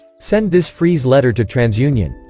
send this freeze letter to transunion